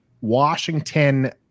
Washington